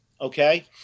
Okay